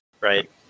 right